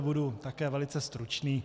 Budu také velice stručný.